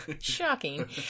Shocking